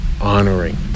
honoring